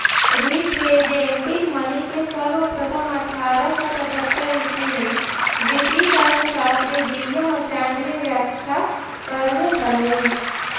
representative money के सर्वप्रथम अट्ठारह सौ पचहत्तर ईसवी में ब्रिटिश अर्थशास्त्री विलियम स्टैंडले व्याख्या करले हलई